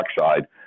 oxide